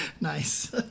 Nice